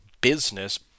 business